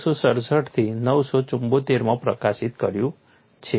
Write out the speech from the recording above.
967 થી 974 માં પ્રકાશિત કર્યું છે